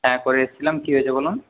হ্যাঁ করে এসেছিলাম কী হয়েছে বলুন